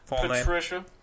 Patricia